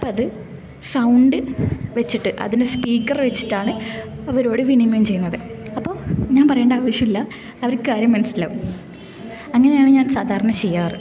അത് സൗണ്ട് വച്ചിട്ട് അതിന് സ്പീക്കറ് വച്ചിട്ടാണ് അവരോട് വിനിമയം ചെയ്യുന്നത് അപ്പോൾ ഞാൻ പറയണ്ട ആവശ്യം ഇല്ല അവർക്ക് കാര്യം മനസ്സിലാകും അങ്ങനെയാണ് ഞാൻ സാധാരണ ചെയ്യാറ്